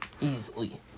easily